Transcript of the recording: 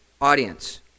audience